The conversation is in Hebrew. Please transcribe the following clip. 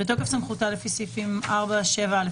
בתוקף סמכותה לפי סעיפים 7,4א(א)(2),